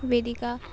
वेदिका